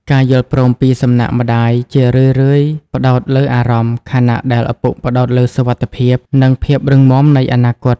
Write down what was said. ការយល់ព្រមពីសំណាក់ម្ដាយជារឿយៗផ្ដោតលើអារម្មណ៍ ខណៈដែលឪពុកផ្ដោតលើសុវត្ថិភាព និងភាពរឹងមាំនៃអនាគត។